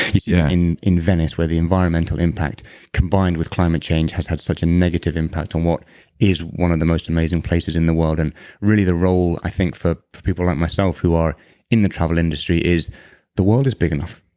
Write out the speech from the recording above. yeah in in venice, where the environmental impact combined with climate change has had such a negative impact on what is one of the most amazing places in the world and really, the role, i think, for people like myself who are in the travel industry is the world is big enough,